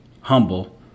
humble